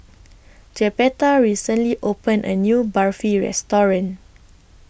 Jeptha recently opened A New Barfi Restaurant